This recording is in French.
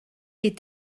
est